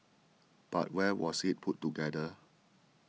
but where was it put together